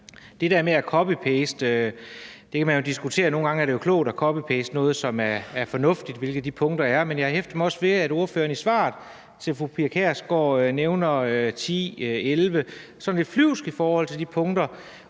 Det der med at copy-paste kan man jo diskutere – nogle gange er det klogt at copy-paste noget, som er fornuftigt, hvilket de punkter er. Men jeg hæftede mig også ved, at ordføreren i et svar til Dansk Folkeparti nævnede antallet 11 punkter, som er sådan lidt flyvsk i forhold til de punkter,